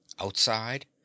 Outside